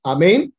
Amen